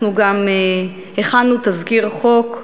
אנחנו גם הכנו תזכיר חוק,